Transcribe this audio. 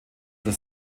oder